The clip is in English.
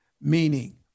meaning